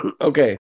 okay